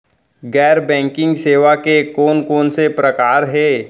गैर बैंकिंग सेवा के कोन कोन से प्रकार हे?